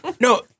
no